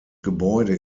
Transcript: gebäude